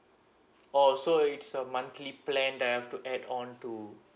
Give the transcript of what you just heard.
oh so it's a monthly plan that I have to add on to